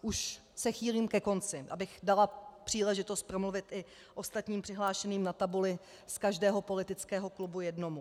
Už se chýlím ke konci, abych dala příležitost promluvit i ostatním přihlášeným na tabuli, z každého politického klubu jednomu.